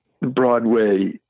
Broadway